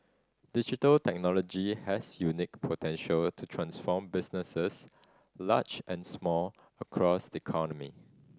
digital technology has unique potential to transform businesses large and small across the economy